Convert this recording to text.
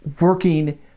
working